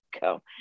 go